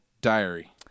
diary